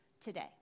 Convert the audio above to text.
today